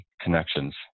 connections